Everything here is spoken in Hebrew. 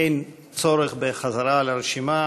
אין צורך בחזרה על הרשימה